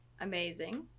amazing